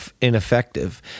ineffective